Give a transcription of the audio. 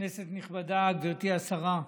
כנסת נכבדה, גברתי השרה,